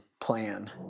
plan